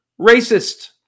racist